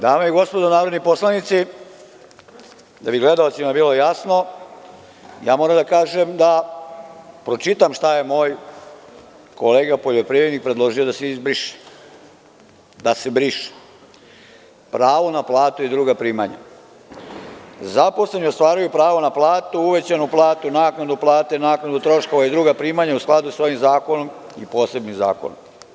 Dame i gospodo narodni poslanici, da bi gledaocima bilo jasno, moram da pročitam šta je moj kolega poljoprivrednik predložio da se briše – pravo na platu i druga primanja, zaposleni ostvaruju pravo na platu, uvećanu platu, naknadu plate, naknadu troškova i druga primanja u skladu sa ovim zakonom i posebnim zakonom.